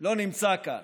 לא נמצא כאן.